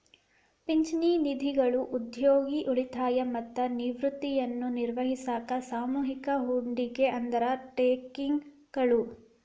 ಪಿಂಚಣಿ ನಿಧಿಗಳು ಉದ್ಯೋಗಿ ಉಳಿತಾಯ ಮತ್ತ ನಿವೃತ್ತಿಯನ್ನ ನಿರ್ವಹಿಸಾಕ ಸಾಮೂಹಿಕ ಹೂಡಿಕೆ ಅಂಡರ್ ಟೇಕಿಂಗ್ ಗಳು